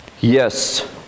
Yes